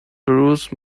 bruce